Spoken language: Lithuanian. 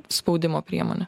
spaudimo priemonė